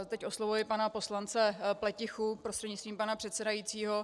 Teď oslovuji pana poslance Pletichu prostřednictvím pana předsedajícího.